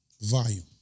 volume